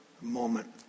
moment